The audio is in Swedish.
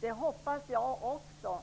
Det hoppas jag också.